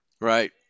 Right